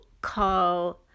call